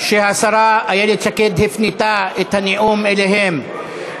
שהשרה איילת שקד הפנתה את הנאום אליהם,